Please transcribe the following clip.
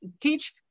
teach